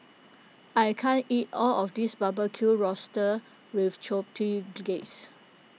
I can't eat all of this Barbecued Oysters with Chipotle Glaze